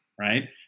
right